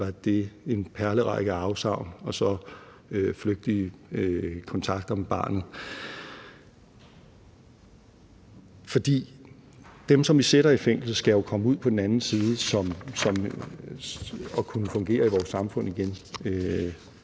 var en perlerække af afsavn og flygtige kontakter. Dem, som vi sætter i fængsel, skal jo komme ud på den anden side og kunne fungere i vores samfund igen.